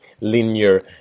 linear